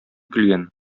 көлгән